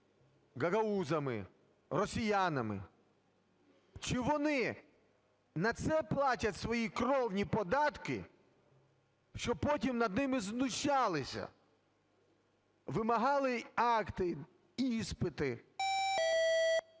гагаузами, росіянами, чи вони на це платять свої кровні податки, щоб потім над ними знущалися, вимагали акти, іспити?